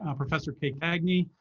um professor kate cagney.